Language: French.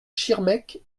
schirmeck